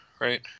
right